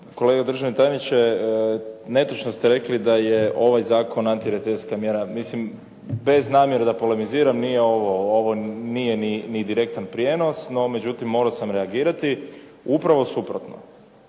Kolega državni tajniče, netočno ste rekli da je ovaj zakon antirecesijska mjera. Mislim, bez namjere da polemiziram ovo nije ni direktan prijenos, no međutim morao sam reagirati. Upravo suprotno.